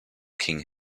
king